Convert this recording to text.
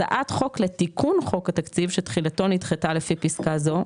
הצעת חוק לתיקון חוק התקציב שתחילתו נדחתה לפי פסקה זו,